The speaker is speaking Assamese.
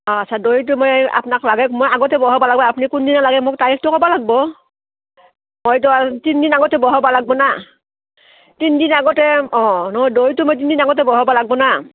অঁ আচ্ছা দৈটো মই আপোনাক লাগে মই আগতে বহাব লাগব আপুনি কোনদিনা লাগে মোক তাৰিখটো ক'বা লাগব মইতো আৰু তিনদিন আগতে বহাব লাগব না তিনদিন আগতে অঁ ন দৈটো মই তিনিদিন আগতে বহাবা লাগব না